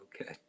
Okay